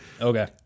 Okay